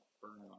burn